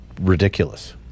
ridiculous